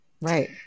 Right